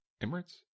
Emirates